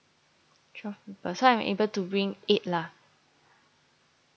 twelve people so I'm able to bring eight lah